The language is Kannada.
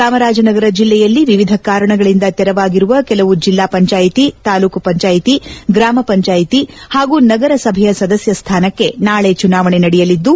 ಚಾಮರಾಜನಗರ ಜಿಲ್ಲೆಯಲ್ಲಿ ವಿವಿಧ ಕಾರಣಗಳಿಂದ ತೆರವಾಗಿರುವ ಕೆಲವು ಜಿಲ್ಲಾ ಪಂಚಾಯಿತಿ ತಾಲ್ಲೂಕು ಪಂಚಾಯಿತಿ ಗ್ರಾಮ ಪಂಚಾಯ್ತಿ ಹಾಗೂ ನಗರಸಭೆಯ ಸದಸ್ಯ ಸ್ಥಾನಕ್ಕೆ ನಾಳೆ ಚುನಾವಣೆ ನಡೆಯಲಿದ್ದು